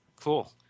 Cool